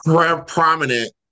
prominent